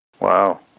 Wow